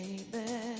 Baby